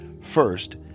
First